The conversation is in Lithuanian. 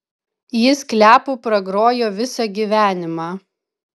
jis kliapu pragrojo visą gyvenimą